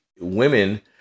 women